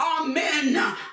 Amen